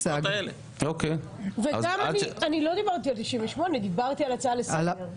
אני לא דיברתי על 98, דיברתי על הצעה לסדר.